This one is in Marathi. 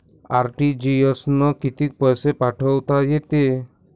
आर.टी.जी.एस न कितीक पैसे पाठवता येते?